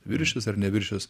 viršys ar neviršys